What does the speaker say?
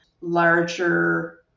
larger